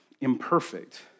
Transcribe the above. imperfect